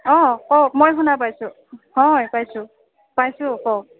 অঁ কওক মই শুনা পাইছোঁ হয় পাইছোঁ পাইছোঁ কওক